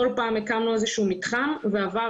כל פעם הקמנו איזה שהוא מתחם ועברנו,